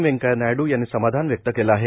वेंकय्या नायडू यांनी समाधान व्यक्त केलं आहे